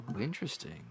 interesting